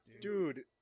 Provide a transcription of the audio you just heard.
Dude